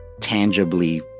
tangibly